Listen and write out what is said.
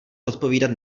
odpovídat